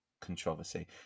controversy